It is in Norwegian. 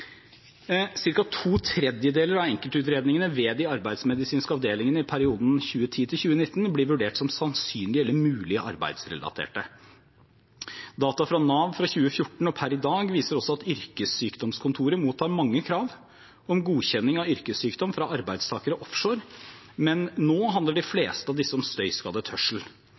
to tredjedeler av enkeltutredningene ved de arbeidsmedisinske avdelingene i perioden 2010–2019 blir vurdert som sannsynlig eller mulig arbeidsrelaterte. Data fra Nav fra 2014 og per i dag viser også at yrkessykdomskontoret mottar mange krav om godkjenning av yrkessykdom fra arbeidstakere offshore, men nå handler de fleste av disse om støyskadet hørsel.